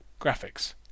graphics